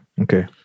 Okay